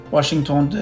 Washington